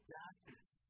darkness